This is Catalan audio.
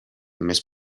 més